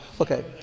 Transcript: Okay